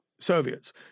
Soviets